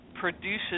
produces